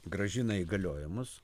grąžina įgaliojimus